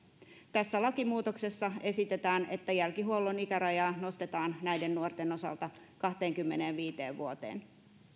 tässä lakimuutoksessa esitetään että jälkihuollon ikärajaa nostetaan näiden nuorten osalta kahteenkymmeneenviiteen vuoteen